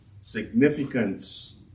significance